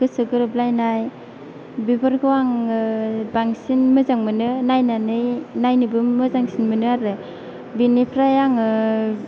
गोसो गोरोबलायनाय बेफोरखौ आङो बांसिन मोजां मोनो नायनानै नायनोबो मोजांसिन मोनो आरो बेनिफ्राय आङो